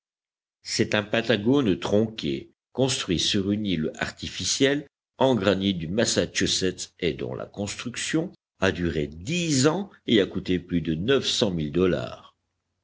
c'est un pentagone tronqué construit sur une île artificielle en granit du massachusetts et dont la construction a duré dix ans et a coûté plus de neuf cent mille dollars